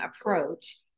approach